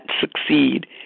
succeed